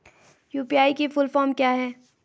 UPI की full form क्या है?